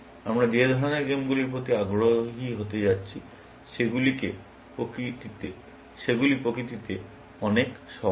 আমরা যে ধরনের গেমগুলির প্রতি আগ্রহী হতে যাচ্ছি সেগুলি প্রকৃতিতে অনেক সহজ